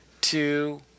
two